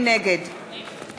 נגד